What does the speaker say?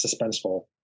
suspenseful